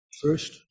First